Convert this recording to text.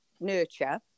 nurture